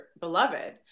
beloved